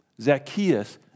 Zacchaeus